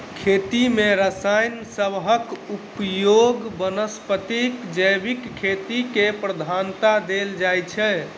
खेती मे रसायन सबहक उपयोगक बनस्पैत जैविक खेती केँ प्रधानता देल जाइ छै